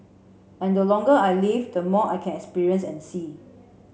and the longer I live the more I can experience and see